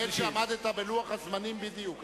אני מוכרח לומר שעמדת בלוח הזמנים בדיוק.